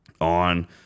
on